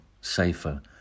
safer